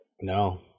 No